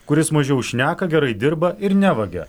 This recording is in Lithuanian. kuris mažiau šneka gerai dirba ir nevagia